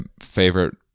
favorite